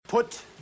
Put